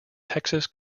texas